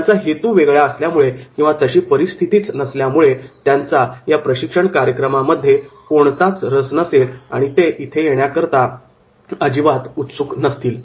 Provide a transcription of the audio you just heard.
त्यांचा हेतू वेगळा असल्यामुळे किंवा तशी परिस्थिती नसल्यामुळे त्यांचा या प्रशिक्षण कार्यक्रमामध्ये कोणताही रस नसेल व ते इथे येण्याकरता उत्सुक नसतील